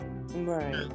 Right